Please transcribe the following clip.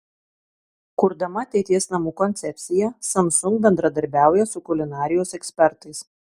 kurdama ateities namų koncepciją samsung bendradarbiauja su kulinarijos ekspertais